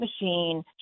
machine